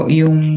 yung